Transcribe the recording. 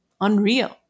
unreal